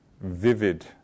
vivid